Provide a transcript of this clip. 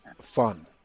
fun